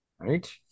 Right